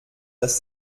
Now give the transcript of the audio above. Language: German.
dass